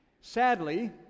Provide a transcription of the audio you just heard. Sadly